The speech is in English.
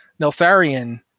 Neltharion